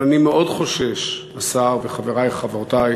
אבל אני מאוד חושש, השר וחברי וחברותי,